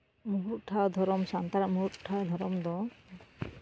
ᱢᱩᱬᱩᱫ ᱴᱷᱟᱶ ᱫᱷᱚᱨᱚᱢ ᱫᱚ ᱥᱟᱱᱛᱟᱲᱟᱜ ᱢᱩᱬᱩᱫ ᱴᱷᱟᱶ ᱫᱷᱚᱨᱚᱢ ᱫᱚ